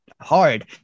hard